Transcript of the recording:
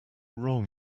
wrong